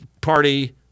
party